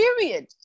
Period